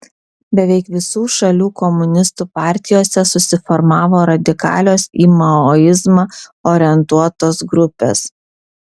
beveik visų šalių komunistų partijose susiformavo radikalios į maoizmą orientuotos grupės